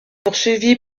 poursuivis